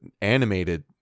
animated